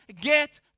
get